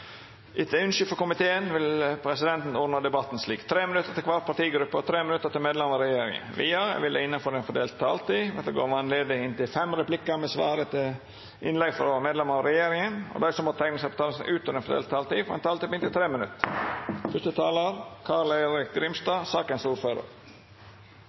Etter ynske frå helse- og omsorgskomiteen vil presidenten ordna debatten slik: 3 minutt til kvar partigruppe og 3 minutt til medlemer av regjeringa. Vidare vil det – innanfor den fordelte taletida – verta gjeve anledning til inntil fem replikkar med svar etter innlegg frå medlemer av regjeringa, og dei som måtte teikna seg på talarlista utover den fordelte taletida, får òg ei taletid på inntil 3 minutt.